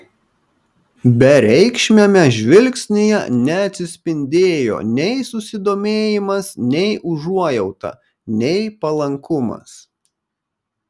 bereikšmiame žvilgsnyje neatsispindėjo nei susidomėjimas nei užuojauta nei palankumas